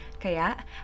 Kaya